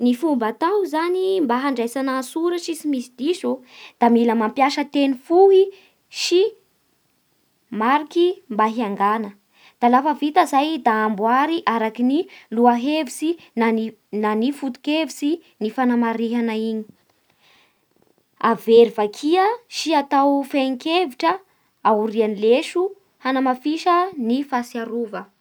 Ny fomba atao mba handraisana antsoratsy tsy misy diso, da mila mampiasa teny fotsy sy mariky mba hiaingana, da lafa vita zay da amboary araky ny loha-hevitsy na ny foto-kevitsy ny fanamarihana iny, avery vakia sy atao fehi-kevitsy ao arian'ny leso hanamafisa ny fahatsiarova.